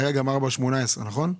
היה גם 4-18. נכון.